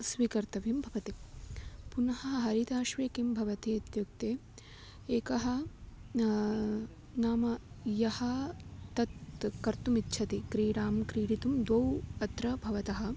स्वीकर्तव्यं भवति पुनः हरिताश्वे किं भवति इत्युक्ते एकः नाम यः तत्त् कर्तुमिच्छति क्रीडां क्रीडितुं द्वौ अत्र भवतः